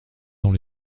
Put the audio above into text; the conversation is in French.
dans